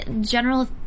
general